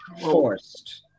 forced